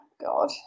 God